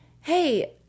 hey